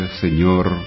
Señor